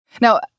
Now